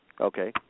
Okay